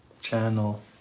channel